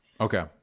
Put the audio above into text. Okay